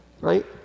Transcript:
Right